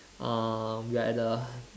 uh we are at the